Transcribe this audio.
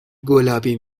گلابی